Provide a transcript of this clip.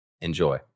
Enjoy